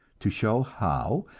to show how,